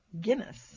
Guinness